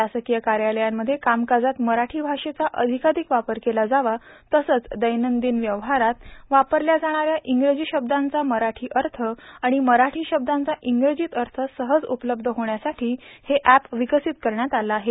शासकीय कार्यालयांमध्ये कामकाजात मराठी भाषेचा अधिकाधिक वापर केला जावा तसंच दैनंदिन व्यवहारात वापरल्या जाणाऱ्या इंग्रजी शब्दांचा मराठीत अर्थ आणि मराठी शब्दांचा इंग्रजीत अर्थ सहज उपलब्ध होण्यासाठी हे अॅप विकसित करण्यात आलं आहे